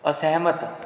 ਅਸਹਿਮਤ